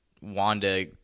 Wanda